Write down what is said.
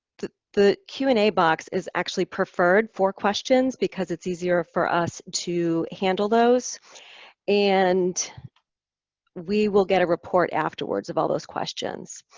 the the q and a box is actually preferred for questions because it's easier for us to handle those and we will get a report afterwards of all those questions.